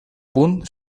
punt